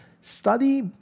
study